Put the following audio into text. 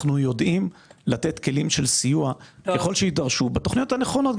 אנחנו יודעים לתת כלים של סיוע ככל שיידרשו בתוכניות הנכונות.